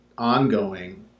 Ongoing